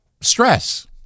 stress